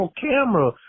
camera